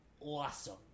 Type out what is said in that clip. awesome